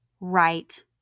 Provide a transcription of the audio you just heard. right